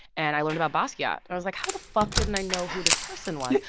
and i learned about basquiat. i was like, how the fuck didn't i know who this person was?